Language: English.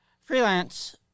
freelance